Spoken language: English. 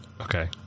Okay